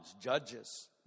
judges